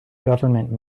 government